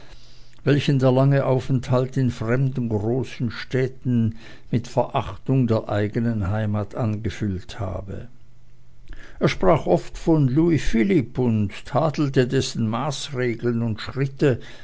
welchen der lange aufenthalt in fremden großen städten mit verachtung der engen heimat angefüllt habe er sprach oft von louis philippe und tadelte dessen maßregeln und schritte